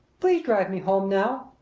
please drive me home now.